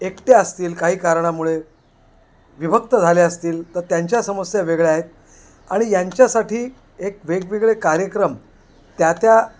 एकट्या असतील काही कारणामुळे विभक्त झाले असतील तर त्यांच्या समस्या वेगळ्या आहेत आणि यांच्यासाठी एक वेगवेगळे कार्यक्रम त्या त्या